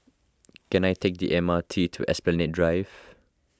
can I take the M R T to Esplanade Drive